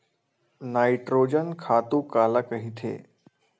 Nitrogen खातु काला कहिथे?